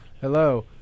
hello